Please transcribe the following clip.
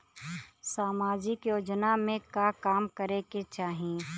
सामाजिक योजना में का काम करे के चाही?